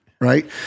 right